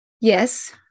Yes